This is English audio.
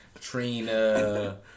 Trina